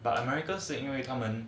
but america 是因为他们